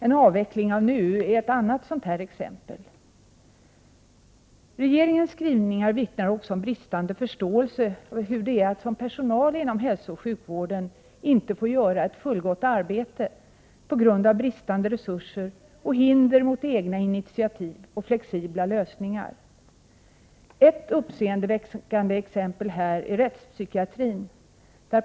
En avveckling av NUU är ett annat exempel. Regeringens skrivningar vittnar också om bristande förståelse för hur det är för personalen inom hälsooch sjukvården att inte få göra ett fullgott arbete på grund av bristande resurser och hinder när det gäller egna initiativ och flexibla lösningar. Ett uppseendeväckande exempel här är rättspsykiatrin.